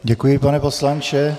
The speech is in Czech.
Děkuji, pane poslanče.